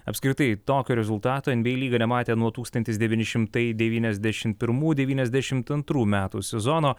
apskritai tokio rezultato nba lyga nematė nuo tūkstantis devyni šimtai devyniasdešim pirmų devyniasdešimt antrų metų sezono